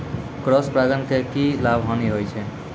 Cross परागण के की लाभ, हानि होय छै?